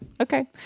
Okay